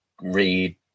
read